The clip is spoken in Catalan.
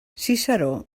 ciceró